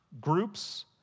groups